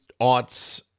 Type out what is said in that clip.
aughts